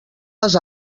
les